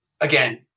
again